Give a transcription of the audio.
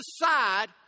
decide